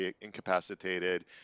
incapacitated